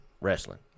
wrestling